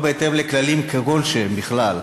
לא בהתאם לכללים כלשהם בכלל.